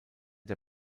der